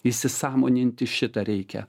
įsisąmoninti šitą reikia